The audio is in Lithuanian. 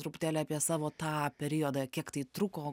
truputėlį apie savo tą periodą kiek tai truko